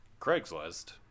Craigslist